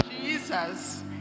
Jesus